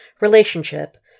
Relationship